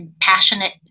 passionate